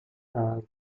lago